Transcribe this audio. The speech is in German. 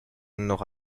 noch